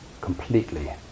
completely